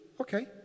okay